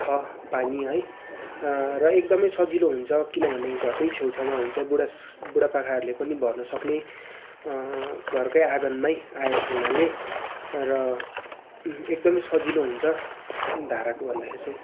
छ पानी है र एकदमै सजिलो हुन्छ किनभने घरकै छेउछाउमा हुन्छ बुढा बुढापाकाहरूले पनि भर्न सक्ने घरकै आँगनमै आएको हुनाले र एकदम सजिलो हुन्छ धाराको भन्दाखेरि चाहिँ